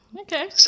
okay